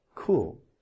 Cool